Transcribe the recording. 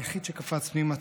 היחיד שקפץ פנימה,